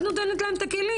את נותנת להם את הכלים.